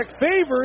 Favors